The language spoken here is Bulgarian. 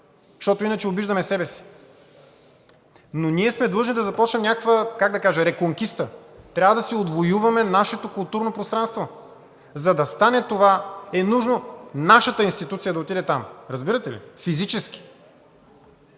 защото иначе обиждаме себе си. Но ние сме длъжни да започнем някаква, как да кажа, Реконкиста. Трябва да си отвоюваме нашето културно пространство. За да стане това, е нужно нашата институция да отиде там. Разбирате ли? Физически,